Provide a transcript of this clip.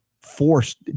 forced